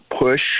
push